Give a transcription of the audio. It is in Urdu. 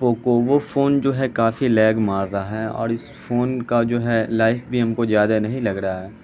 وہ کووو فون جو ہے کافی لیگ مار رہا ہے اور اس فون کا جو ہے لائف بھی ہم کو زیادہ نہیں لگ رہا ہے